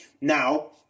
Now